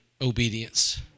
obedience